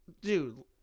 Dude